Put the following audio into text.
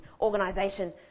organisation